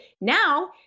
Now